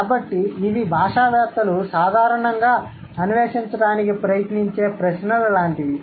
కాబట్టి ఇవి భాషావేత్తలు సాధారణంగా అన్వేషించడానికి ప్రయత్నించే ప్రశ్నల లాంటివి